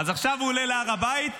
אז עכשיו הוא עולה להר הבית ואומר,